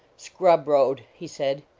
scrub road, he said,